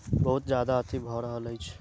बहुत ज्यादा अथी भऽ रहल अछि